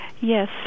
Yes